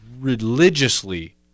religiously